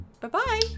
Bye-bye